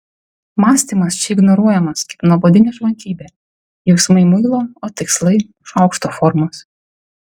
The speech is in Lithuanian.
mąstymas čia ignoruojamas kaip nuobodi nešvankybė jausmai muilo o tikslai šaukšto formos